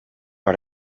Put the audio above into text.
par